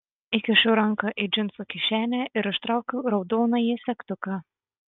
įkišu ranką į džinsų kišenę ir ištraukiu raudonąjį segtuką